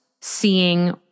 seeing